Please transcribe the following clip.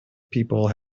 people